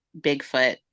bigfoot